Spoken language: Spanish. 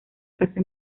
casa